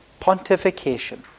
Pontification